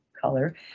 color